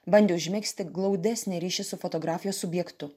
bandė užmegzti glaudesnį ryšį su fotografijos subjektu